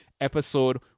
Episode